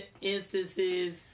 instances